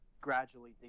gradually